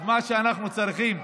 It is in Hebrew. אז מה שאנחנו צריכים,